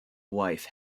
wife